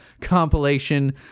compilation